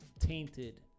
Tainted